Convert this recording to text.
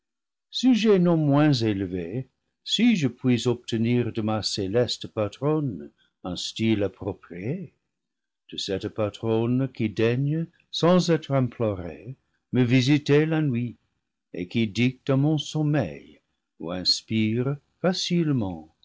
sujet non moins élevé si je puis obtenir de ma céleste patronne un style approprié de celte patronne qui daigne sans être implorée me visiter la nuit et qui dicte à mon sommeil ou inspire facilement